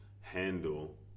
handle